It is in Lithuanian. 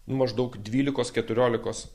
maždaug dvylikos keturiolikos